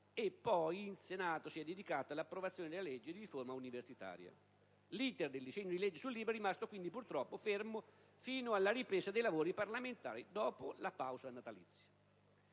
indi, il Senato si è dedicato all'approvazione della legge di riforma universitaria. L'*iter* del disegno di legge sul libro è rimasto quindi purtroppo fermo fino alla ripresa dei lavori parlamentari dopo la pausa natalizia.